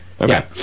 okay